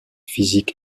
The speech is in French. physique